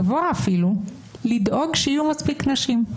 גבוה אפילו, לדאוג שיהיו מספיק נשים.